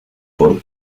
por